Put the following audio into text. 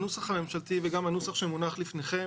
הנוסח הממשלתי וגם הנוסח שמונח לפניכם,